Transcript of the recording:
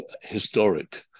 historic